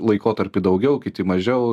laikotarpį daugiau kiti mažiau